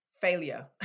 failure